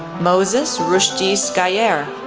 moses rushdi sghayyer,